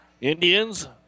Indians